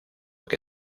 que